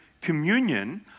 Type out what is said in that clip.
communion